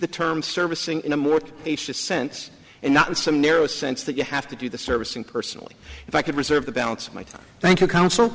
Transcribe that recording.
the term servicing in a more sense and not in some narrow sense that you have to do the service and personally if i could preserve the balance of my time thank you counsel